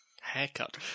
Haircut